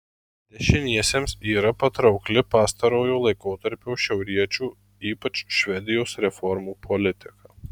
dešiniesiems yra patraukli pastarojo laikotarpio šiauriečių ypač švedijos reformų politika